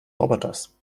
roboters